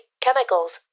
chemicals